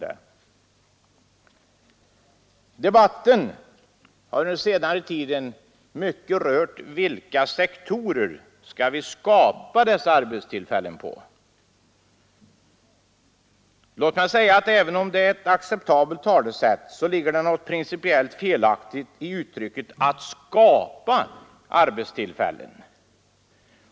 Debatten har under senare tid i stor utsträckning rört sig om inom vilka sektorer vi skall skapa dessa arbetstillfällen. Låt mig säga att även om det är ett accepterat talesätt, så ligger det något principiellt felaktigt i uttrycket ”att skapa arbetstillfällen”.